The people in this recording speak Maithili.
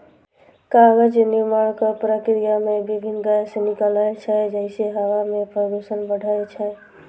कागज निर्माणक प्रक्रिया मे विभिन्न गैस निकलै छै, जइसे हवा मे प्रदूषण बढ़ै छै